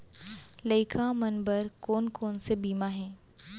लइका मन बर कोन कोन से बीमा हे?